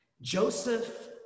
Joseph